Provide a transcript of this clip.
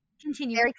Continue